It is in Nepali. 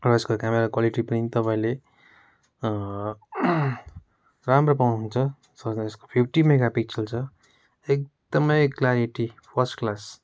र यसको क्यामेरा क्वालिटी पनि तपाईँहरूले राम्रो पाउनुहुन्छ यसको फिफ्टी मेगा पिक्सल छ एकदमै क्लारिटी फर्स्ट क्लास